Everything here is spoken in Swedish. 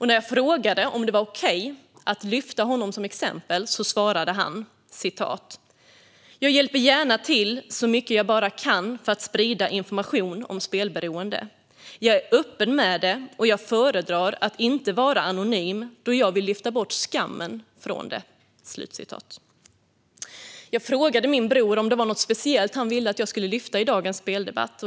När jag frågade om det var okej att ta honom som exempel svarade han: "Jag hjälper gärna till så mycket jag bara kan för att sprida information om spelberoende. Jag är öppen med det, och jag föredrar att inte vara anonym då jag vill lyfta bort skammen från det." Jag frågade min bror om det var något speciellt han ville att jag skulle ta upp i dagens speldebatt.